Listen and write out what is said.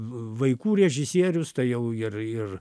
vaikų režisierius tai jau ir ir